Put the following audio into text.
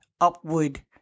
upward